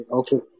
okay